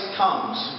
comes